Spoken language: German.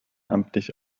amtlich